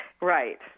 Right